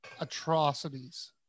atrocities